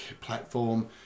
platform